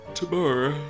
tomorrow